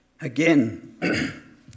Again